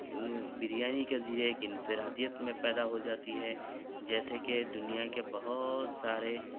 بریانی کے ذریعے ایک انفرادیت میں پیدا ہو جاتی ہے جیسے کہ دنیا کے بہت سارے